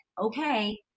okay